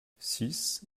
six